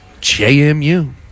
JMU